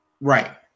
Right